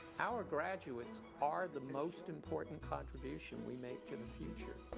our graduates are the most important contribution we make to the future.